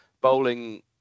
Bowling